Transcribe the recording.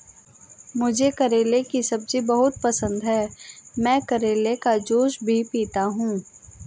मुझे करेले की सब्जी बहुत पसंद है, मैं करेले का जूस भी पीता हूं